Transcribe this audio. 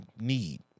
need